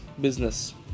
business